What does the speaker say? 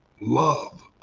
love